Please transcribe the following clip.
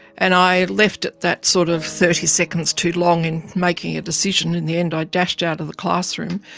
and i left it that sort of thirty thirty seconds too long in making a decision. in the end i dashed out of the classroom.